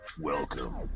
Welcome